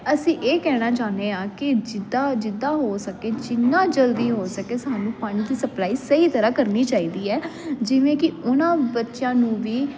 ਅਸੀਂ ਇਹ ਕਹਿਣਾ ਚਾਹੁੰਦੇ ਹਾਂ ਕਿ ਜਿੱਦਾਂ ਜਿੱਦਾਂ ਹੋ ਸਕੇ ਜਿੰਨਾ ਜਲਦੀ ਹੋ ਸਕੇ ਸਾਨੂੰ ਪਾਣੀ ਦੀ ਸਪਲਾਈ ਸਹੀ ਤਰ੍ਹਾਂ ਕਰਨੀ ਚਾਹੀਦੀ ਹੈ ਜਿਵੇਂ ਕਿ ਉਹਨਾਂ ਬੱਚਿਆਂ ਨੂੰ ਵੀ